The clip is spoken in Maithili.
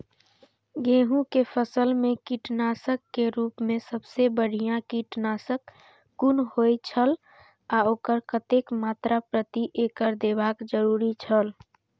गेहूं के फसल मेय कीटनाशक के रुप मेय सबसे बढ़िया कीटनाशक कुन होए छल आ ओकर कतेक मात्रा प्रति एकड़ देबाक जरुरी छल?